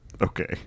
Okay